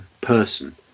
person